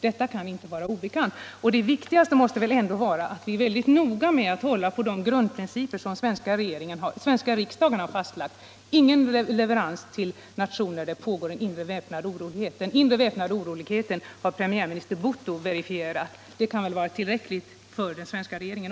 Detta kan inte vara obekant, och det viktigaste måste ändå vara att vi är mycket noga med att hålla på de grundprinciper som den svenska riksdagen har fastlagt — ingen leverans till nationer där det pågår en inre väpnad orolighet. Den inre väpnade oroligheten har premiärminister Bhutto verifierat. Det kan väl vara tillräckligt också för den svenska regeringen.